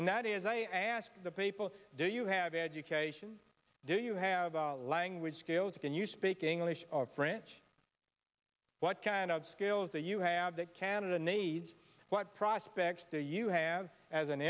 and that is i ask the people do you have education do you have a language skills can you speak english or french what kind of skills that you have that canada needs what prospects there you have as an